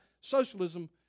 socialism